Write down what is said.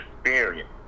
experience